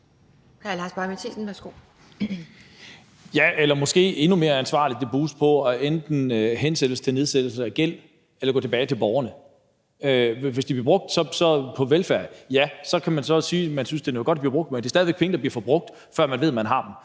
Ja, eller måske er det endnu mere ansvarligt, at pengene bruges på, at de enten hensættes til nedsættelse af gæld eller går tilbage til borgerne. Hvis de bliver brugt på velfærd, ja, så kan man sige, at man synes, at det er til noget godt, at man har brugt dem, men det er stadig penge, der bliver forbrugt, før man ved, at man har dem.